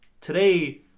Today